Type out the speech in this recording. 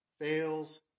fails